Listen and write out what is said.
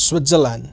Switzerland